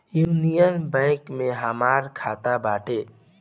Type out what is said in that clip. union bank में हमार खाता बाटे